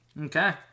Okay